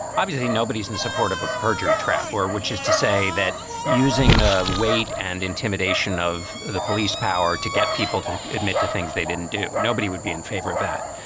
obviously nobody's in support of a perjury trap or which is to say that using the weight and intimidation of the police power to get people to admit to things they didn't do, nobody would be in favor of that.